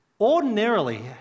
ordinarily